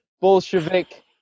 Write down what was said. Bolshevik